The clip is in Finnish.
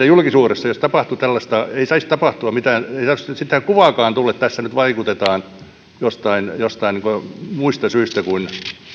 julkisuudessa tapahtuu tällaista ei saisi tapahtua mitään ja sitä kuvaakaan tulla että tässä nyt vaikutetaan joistain muista syistä kuin